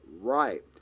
Right